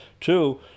Two